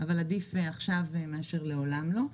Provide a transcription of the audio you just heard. אבל עדיף עכשיו מאשר לעולם לא.